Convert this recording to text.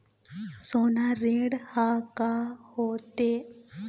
सोना ऋण हा का होते?